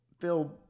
Phil